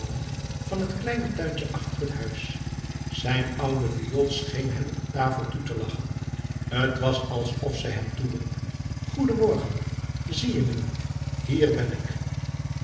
van het kleine tuintje achter het huis zijn oude viool scheen hem op tafel toe te lachen t was alsof zij hem toeriep goeden morgen zie je me niet hier ben ik